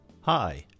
Hi